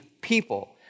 people